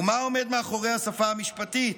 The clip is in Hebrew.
ומה עומד מאחורי השפה המשפטית?